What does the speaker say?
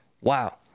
wow